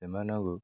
ସେମାନଙ୍କୁ